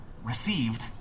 Received